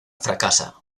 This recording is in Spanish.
fracasa